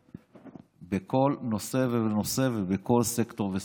בכל נושא ונושא ובכל סקטור וסקטור.